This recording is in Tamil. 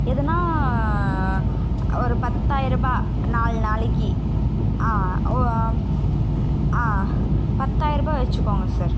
எதனால் ஒரு பத்தாயிருபா நாலு நாளைக்கு ஆ ஆ பத்தாயிருபாய் வச்சிக்கோங்க சார்